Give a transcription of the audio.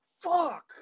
fuck